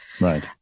Right